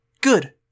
Good